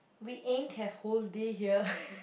we ain't have whole day here